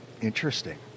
Interesting